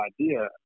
idea